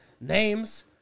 names